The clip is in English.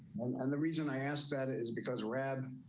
um and the reason i asked that is because rad